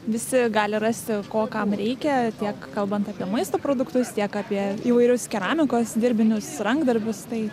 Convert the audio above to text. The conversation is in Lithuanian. visi gali rasti ko kam reikia tiek kalbant apie maisto produktus tiek apie įvairius keramikos dirbinius rankdarbius tai